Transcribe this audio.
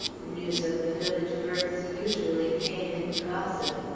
news of the village births usually came in gossip,